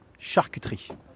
charcuterie